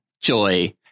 JOY